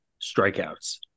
strikeouts